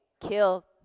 kill